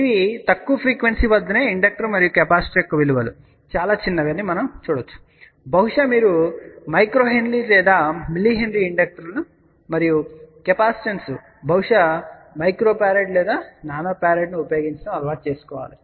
ఇవి తక్కువ ఫ్రీక్వెన్సీ ల వద్ద ఇండక్టర్ మరియు కెపాసిటర్ యొక్క విలువలు చాలా చిన్నవి అని మీరు చూడవచ్చు మీరు బహుశా μH లేదా mH ఇండక్టర్లను మరియు కెపాసిటెన్స్ బహుశా μF లేదా nF ను ఉపయోగించడం అలవాటు చేసుకోవాలి